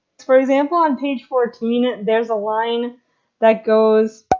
for example on page fourteen there's a line that goes